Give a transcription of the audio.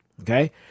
Okay